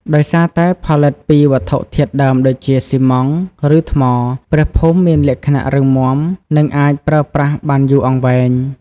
ដោយសារតែផលិតពីវត្ថុធាតុដើមដូចជាស៊ីម៉ងត៍ ឬថ្ម ព្រះភូមិមានលក្ខណៈរឹងមាំ និងអាចប្រើប្រាស់បានយូរអង្វែង។